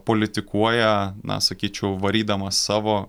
politikuoja na sakyčiau varydamas savo